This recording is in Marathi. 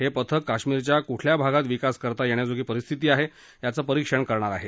हे पथक काश्मीरच्या कुठल्या भागांत विकास करता येण्याजोगी परिस्थिती आहे याचं परीक्षण हे पथक करणार आहे